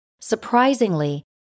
Surprisingly